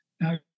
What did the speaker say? Now